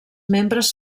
membres